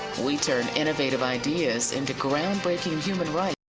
we turn innovative ideas into groundbreaking and human rights